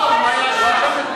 הוא פה כל הזמן.